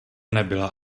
nebyla